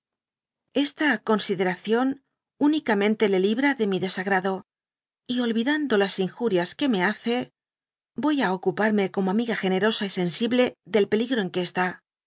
esta consideración únicamente le libra de mi desagrado y olvidando las inju rias que me hace voy á ocuparme como amiga generosa y sensible del peligro en que está